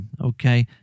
Okay